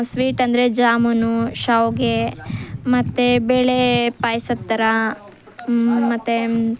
ಸ್ವೀಟಂದ್ರೆ ಜಾಮೂನು ಶಾವಿಗೆ ಮತ್ತು ಬೇಳೆ ಪಾಯ್ಸದ ಥರ ಮತ್ತು